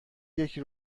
یکی